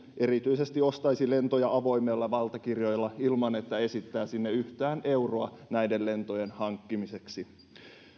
erityisesti ostaisi lentoja avoimilla valtakirjoilla ilman että esittää yhtään euroa näiden lentojen hankkimiseksi